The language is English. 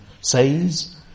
says